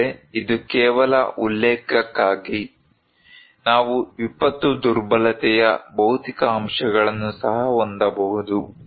ಆದರೆ ಇದು ಕೇವಲ ಉಲ್ಲೇಖಕ್ಕಾಗಿ ನಾವು ವಿಪತ್ತು ದುರ್ಬಲತೆಯ ಭೌತಿಕ ಅಂಶಗಳನ್ನು ಸಹ ಹೊಂದಬಹುದು